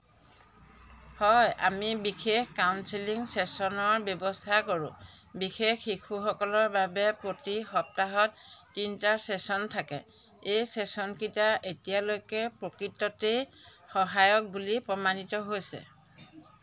হয় আমি বিশেষ কাউন্সেলিং ছেশ্যনৰ ব্য়ৱস্থা কৰোঁ বিশেষ শিশুসকলৰ বাবে প্ৰতি সপ্তাহত তিনিটা ছেশ্যন থাকে এই ছেশ্যনকেইটা এতিয়ালৈকে প্ৰকৃততেই সহায়ক বুলি প্ৰমাণিত হৈছে